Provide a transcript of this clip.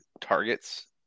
targets